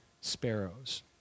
sparrows